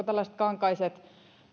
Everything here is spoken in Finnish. tällaiset kankaiset